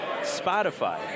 Spotify